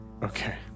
Okay